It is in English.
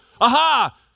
aha